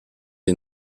est